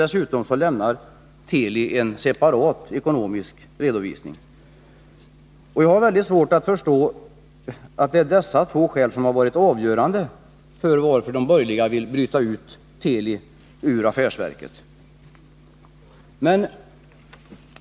Dessutom lämnar Teli en separat ekonomisk redovisning. Jag har svårt att förstå att dessa två skäl varit avgörande, när de borgerliga vill bryta ut Teli ur affärsverket.